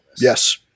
Yes